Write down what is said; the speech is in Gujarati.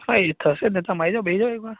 હા એ થશે જ ને તમે આવી જાઓ બેસી જાઓ એકવાર